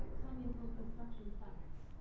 coming from construction sites.